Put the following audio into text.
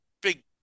big